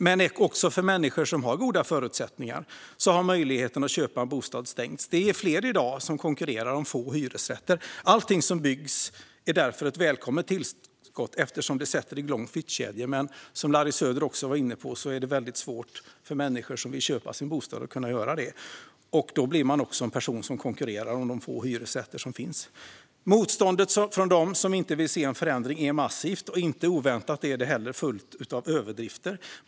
Men också för människor som har goda förutsättningar har möjligheten att köpa en bostad stängts. Det är i dag fler som konkurrerar om få hyresrätter. Allt som byggs är därför ett välkommet tillskott eftersom det sätter igång flyttkedjor. Men som Larry Söder också var inne på är det väldigt svårt för människor som vill köpa sin bostad att göra det. Därmed är man också med och konkurrerar om de få hyresrätter som finns. Motståndet från dem som inte vill se en förändring är massivt, och inte oväntat är det också fullt av överdrifter.